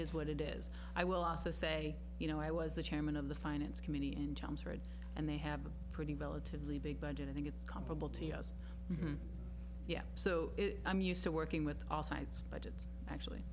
is what it is i will also say you know i was the chairman of the finance committee in terms heard and they have a pretty relatively big budget i think it's comparable to yes yes so i'm used to working with all sides but it's actually